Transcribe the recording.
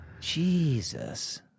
Jesus